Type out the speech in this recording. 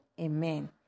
amen